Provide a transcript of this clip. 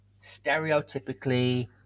stereotypically